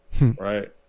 Right